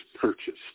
purchased